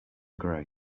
gray